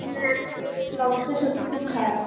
হ্যাঁ এখন সে দেশের অবস্থা সত্যি খুব খারাপ